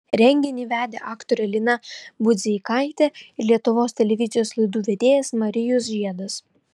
renginį vedė aktorė lina budzeikaitė ir lietuvos televizijos laidų vedėjas marijus žiedas